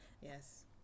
Yes